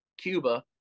Cuba